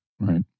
Right